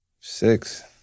Six